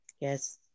Yes